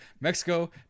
Mexico